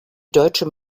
deutsche